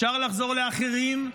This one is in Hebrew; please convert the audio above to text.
אפשר לחזור לאחרים,